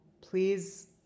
please